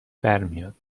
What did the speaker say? برمیاد